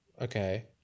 Okay